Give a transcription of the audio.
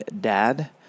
Dad